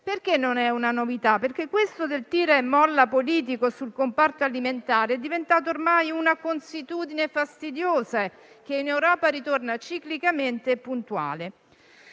Perché non è una novità? Perché questo tira e molla politico sul comparto alimentare è diventato ormai una consuetudine fastidiosa che in Europa ritorna puntuale